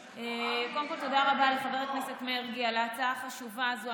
קודם כול תודה רבה לחבר הכנסת מרגי על ההצעה החשובה הזאת.